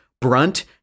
Brunt